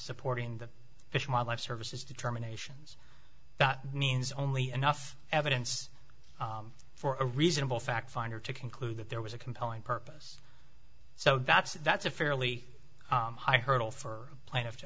supporting the fish and wildlife services determinations that means only enough evidence for a reasonable fact finder to conclude that there was a compelling purpose so that's that's a fairly high hurdle for plaintiff to